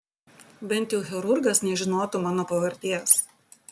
bent jau chirurgas nežinotų mano pavardės